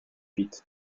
huit